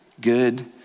good